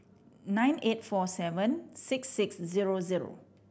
nine eight four seven six six zero zero